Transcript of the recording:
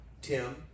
Tim